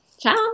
Ciao